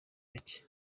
bacye